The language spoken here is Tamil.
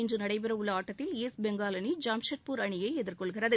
இன்று நடைபெற உள்ள ஆட்டத்தில் ஈஸ்ட் பெங்கால் அணி ஜாம்ஷெட்பூர் அணியை எதிர்கொள்கிறது